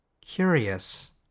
curious